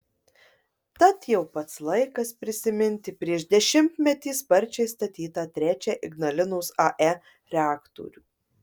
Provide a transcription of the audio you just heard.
tad jau pats laikas prisiminti prieš dešimtmetį sparčiai statytą trečią ignalinos ae reaktorių